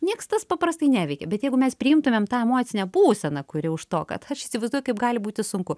nieks tas paprastai neveikia bet jeigu mes priimtumėm tą emocinę būseną kuri už to kad aš įsivaizduoju kaip gali būti sunku